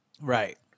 right